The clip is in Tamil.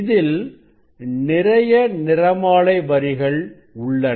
இதில் நிறைய நிறமாலை வரிகள் உள்ளன